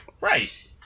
Right